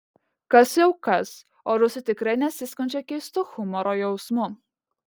kas jau kas o rusai tikrai nesiskundžia keistu humoro jausmu